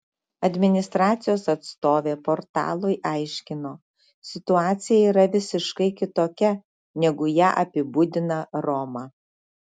administracijos atstovė portalui aiškino situacija yra visiškai kitokia negu ją apibūdina roma